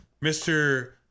Mr